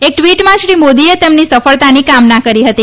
એક ટ્વીટમાં શ્રી મોદીએ તેમની સફળતાની કામના કરી હતી